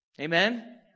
Amen